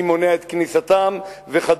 מי מונע את כניסתם וכדומה.